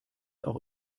auch